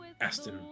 Aston